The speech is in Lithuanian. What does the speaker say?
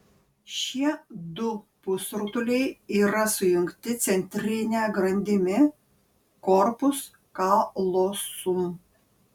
šie du pusrutuliai yra sujungti centrine grandimi korpus kalosum